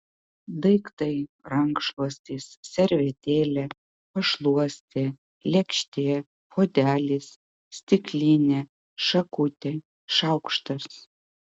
daiktai rankšluostis servetėlė pašluostė lėkštė puodelis stiklinė šakutė šaukštas